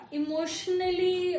emotionally